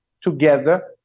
together